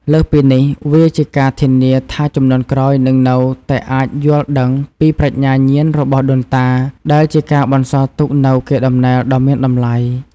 លើសពីនេះ វាជាការធានាថាជំនាន់ក្រោយនឹងនៅតែអាចយល់ដឹងពីប្រាជ្ញាញាណរបស់ដូនតា ដែលជាការបន្សល់ទុកនូវកេរដំណែលដ៏មានតម្លៃ។